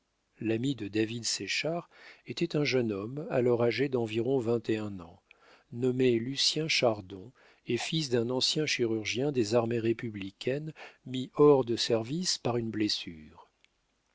l'ami de david séchard était un jeune homme alors âgé d'environ vingt et un ans nommé lucien chardon et fils d'un ancien chirurgien des armées républicaines mis hors de service par une blessure